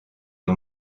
ont